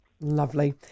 Lovely